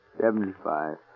Seventy-five